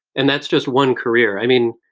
and that's just one career. i mean,